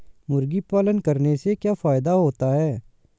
मुर्गी पालन करने से क्या फायदा होता है?